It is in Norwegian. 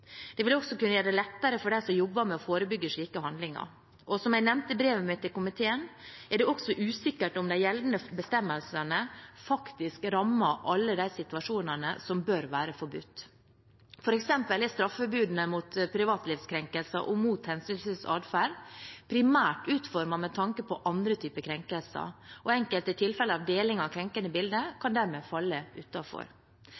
Det vil også kunne gjøre det lettere for dem som jobber med å forebygge slike handlinger. Og som jeg nevnte i brevet mitt til komiteen, er det også usikkert om de gjeldende bestemmelsene faktisk rammer alle de situasjonene som bør være forbudt. For eksempel er straffebudene mot privatlivskrenkelser og mot hensynsløs atferd primært utformet med tanke på andre typer krenkelser, og enkelte tilfeller av deling av krenkende